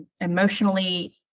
emotionally